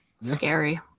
Scary